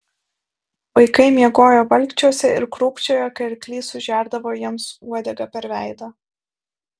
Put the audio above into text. vaikai miegojo valkčiuose ir krūpčiojo kai arklys sužerdavo jiems uodega per veidą